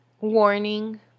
warning